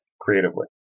creatively